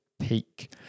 Peak